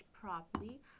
properly